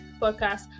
podcast